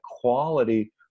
quality